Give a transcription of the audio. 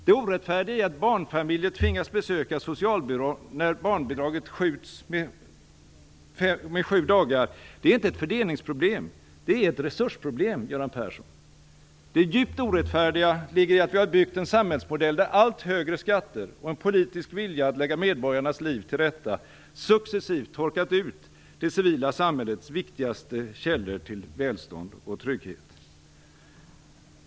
Det orättfärdiga i att barnfamiljer tvingas söka socialbidrag när utbetalningen av barnbidraget skjuts fram sju dagar är inte ett fördelningsproblem - det är ett resursproblem, Göran Persson. Det djupt orättfärdiga ligger i att vi har byggt en samhällsmodell där allt högre skatter och en politisk vilja att lägga medborgarnas liv till rätta successivt torkat ut det civila samhällets viktigaste källor till välstånd och trygghet.